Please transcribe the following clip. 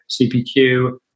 CPQ